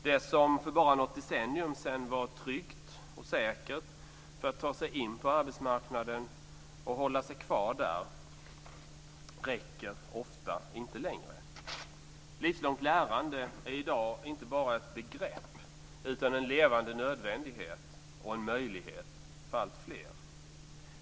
Det som för bara något decennium sedan var tryggt och säkert för att ta sig in på arbetsmarknaden och hålla sig kvar där räcker ofta inte längre. Ett livslångt lärande är i dag inte bara ett begrepp utan en levande nödvändighet och en möjlighet för alltfler.